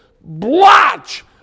blotch